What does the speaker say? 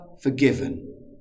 forgiven